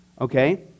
okay